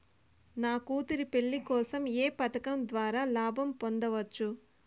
నా కూతురు పెళ్లి కోసం ఏ పథకం ద్వారా లాభం పొందవచ్చు?